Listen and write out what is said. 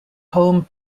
home